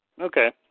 Okay